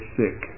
sick